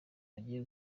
hagiye